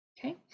Okay